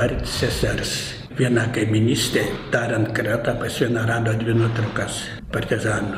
ar sesers viena kaimynystėj darant kratą pas ją rado dvi nuotraukas partizanų